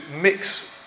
mix